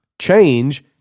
change